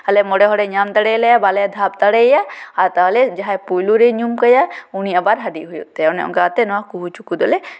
ᱟᱞᱮ ᱢᱚᱬᱮ ᱦᱚᱲᱮᱭ ᱧᱟᱢ ᱫᱟᱲᱮᱭᱟᱭᱟᱞᱮᱭᱟ ᱵᱟᱞᱮ ᱫᱷᱟᱯ ᱫᱟᱲᱮᱭᱟᱭᱟ ᱟᱫᱚ ᱛᱟᱦᱞᱮ ᱡᱟᱦᱟᱸᱭ ᱯᱳᱭᱞᱳ ᱨᱮᱭ ᱧᱩᱢ ᱠᱟᱭᱟ ᱩᱱᱤ ᱟᱵᱟᱨ ᱦᱟᱹᱰᱤᱜ ᱦᱩᱭᱩᱜ ᱛᱟᱭᱟ ᱚᱱᱮ ᱚᱝᱠᱟ ᱠᱟᱛᱮ ᱱᱚᱣᱟ ᱠᱩᱦᱩᱼᱪᱩᱠᱩ ᱫᱚᱞᱮ ᱠᱷᱮᱹᱞᱳᱜ